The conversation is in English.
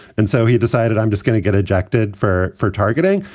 and so he decided i'm just going to get ejected for for targeting.